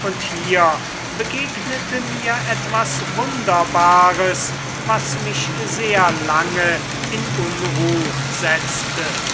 und hier begegnete mir etwas wunderbares was mich sehr lange in unruh setzte